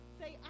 say